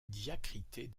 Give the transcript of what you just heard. diacritée